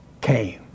came